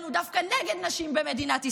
הוא דווקא נגד נשים במדינת ישראל.